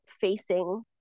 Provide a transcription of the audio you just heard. facing